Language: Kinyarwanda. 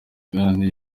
kandi